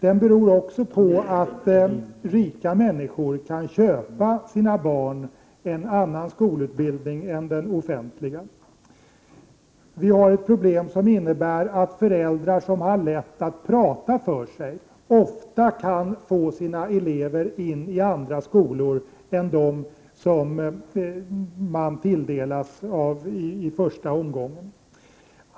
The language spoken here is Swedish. Den beror också på att rika människor kan köpa en annan skolutbildning än den offentliga åt sina barn. Vi har ett problem som innebär att föräldrar som har lätt att tala för sig ofta kan få sina barn in i andra skolor än dem som man tilldelas i första omgången.